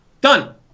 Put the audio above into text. Done